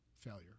failure